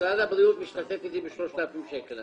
משרד הבריאות משתתף איתי ב-3,000 שקלים,